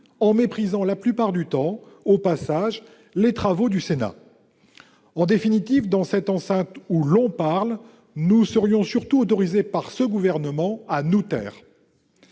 en méprisant, la plupart du temps, les travaux du Sénat. Ainsi, dans cette enceinte où l'on parle, nous serions surtout autorisés par ce gouvernement à nous taire